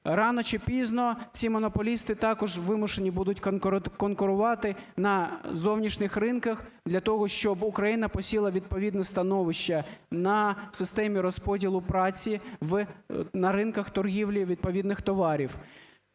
Рано чи пізно ці монополісти також вимушені будуть конкурувати на зовнішніх ринках для того, щоб Україна посіла відповідне становище на… в системі розподілу праці в… на ринках торгівлі відповідних товарів.